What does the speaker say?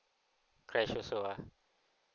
crash also ah